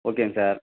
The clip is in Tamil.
ஓகேங்க சார்